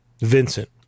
Vincent